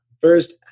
first